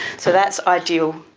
so that's ideal,